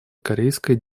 корейская